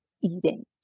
eating